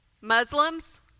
Muslims